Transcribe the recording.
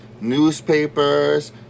newspapers